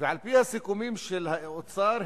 ועל-פי הסיכומים של האוצר,